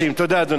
תודה, אדוני.